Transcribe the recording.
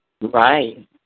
Right